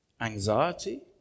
anxiety